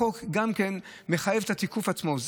החוק מחייב את התיקוף עצמו.